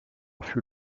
fut